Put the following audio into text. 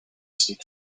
speak